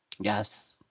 yes